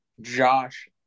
Josh